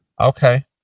Okay